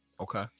Okay